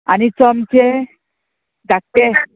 आनी चमचे धाकटे